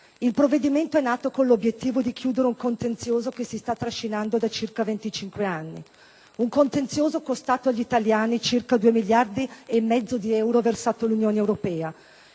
Il provvedimento è nato con l'obiettivo di chiudere un contenzioso che si sta trascinando da circa 25 anni, un contenzioso costato agli italiani circa 2,5 miliardi di euro versati all'Unione europea.